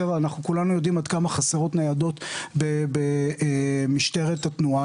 אנחנו כולנו יודעים עד כמה חסרות ניידות במשטרת התנועה,